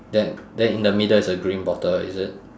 then then in the middle is a green bottle is it